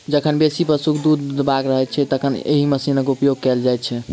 जखन बेसी पशुक दूध दूहबाक रहैत छै, तखन एहि मशीनक उपयोग कयल जाइत छै